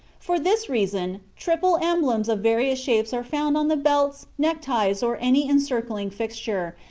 for this reason triple emblems of various shapes are found on the belts, neckties, or any encircling fixture,